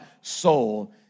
soul